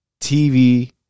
TV